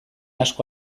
asko